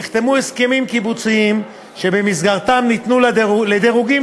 נחתמו הסכמים קיבוציים שבמסגרתם ניתנו לדירוגים